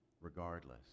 regardless